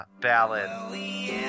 ballad